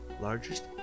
largest